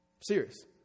Serious